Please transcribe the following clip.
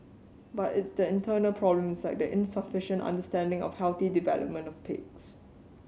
but it's the internal problems like insufficient understanding of healthy development of pigs